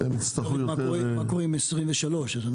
מה קורה עם 2023?